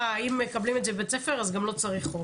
אם מקבלים את זה בבית הספר אז גם לא צריך חוק,